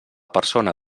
persona